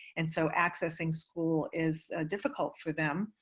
and so accessing school is difficult for them.